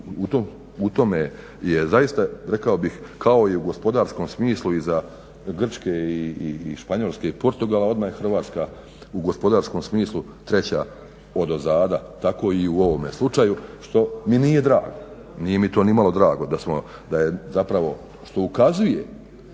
u tome zaista rekao bih kao i u gospodarskom smislu iza Grčke, Španjolske i Portugala odmah je Hrvatska u gospodarskom smislu 3.odozada, tako i u ovome slučaju što mi nije drago. Nije mi to nimalo drago da je zapravo što ukazuje